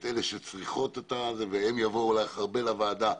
את אלה שצריכות, והן יבואו אלייך הרבה לוועדה,